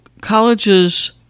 colleges